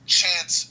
chance